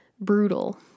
brutal